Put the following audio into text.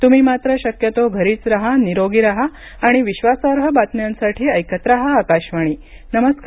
त्म्ही मात्र शक्यतो घरीच रहा निरोगी रहा आणि विश्वासार्ह बातम्यांसाठी ऐकत रहा आकाशवाणी नमस्कार